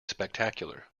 spectacular